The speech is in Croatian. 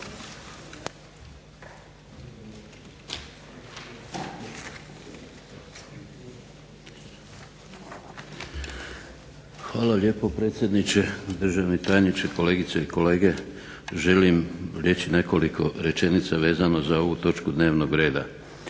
Hvala lijepo predsjedniče. Državni tajniče, kolegice i kolege. Želim reći nekoliko rečenica vezano za ovu točku dnevnog reda.